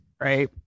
Right